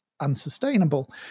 unsustainable